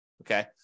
okay